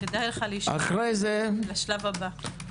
כדאי לך להישאר לשלב הבא.